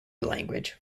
language